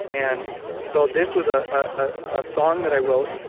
and so, this was a ah ah song that i wrote,